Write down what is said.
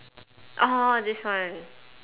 orh this one